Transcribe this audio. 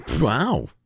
Wow